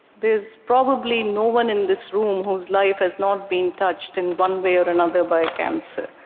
there is probably no one in this room whose life has not been touched in one way or another by a cancer.